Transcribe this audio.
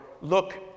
look